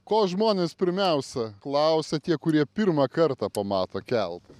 ko žmonės pirmiausia klausia tie kurie pirmą kartą pamato keltą